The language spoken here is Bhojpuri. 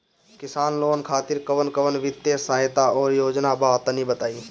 किसान लोग खातिर कवन कवन वित्तीय सहायता और योजना बा तनि बताई?